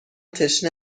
تشنه